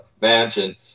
mansion